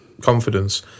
confidence